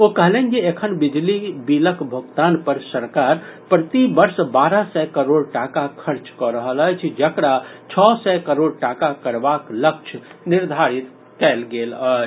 ओ कहलनि जे एखन बिजली बिलक भोगतान पर सरकार प्रतिवर्ष बारह सय करोड़ टाका खर्च कऽ रहल अछि जकरा छओ सय करोड़ टाका करबाक लक्ष्य राखल गेल अछि